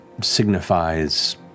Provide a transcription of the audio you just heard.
signifies